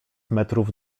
metrów